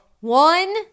One